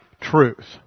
truth